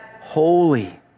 holy